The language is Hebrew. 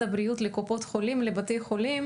הבריאות לבין קופות החולים לבין בתי החולים,